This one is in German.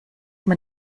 man